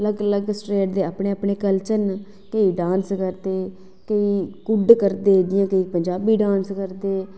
अलग अलग स्टेट दे अपने अलग अलग कल्चर न केईं डांस करदे केईं कुड्ढ करदे ते केईं पंजाबी डांस करदे